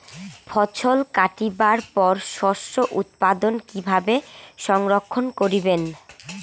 ফছল কাটিবার পর শস্য উৎপাদন কিভাবে সংরক্ষণ করিবেন?